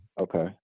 Okay